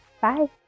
bye